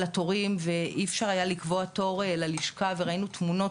התורים ואי אפשר היה לקבוע תור ללשכה וראינו תמונות,